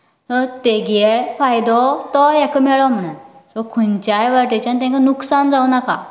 हय तेगे फायदो तो हेका मेळोक जाय तो खंच्याय वाटेच्यान तांकां नुकसान जावं नाका